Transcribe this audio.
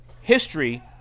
history